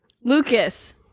Lucas